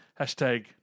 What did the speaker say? Hashtag